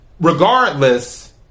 Regardless